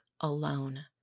alone